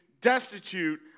destitute